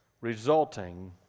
resulting